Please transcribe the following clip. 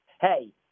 hey